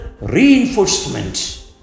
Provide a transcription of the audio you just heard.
reinforcement